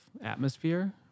atmosphere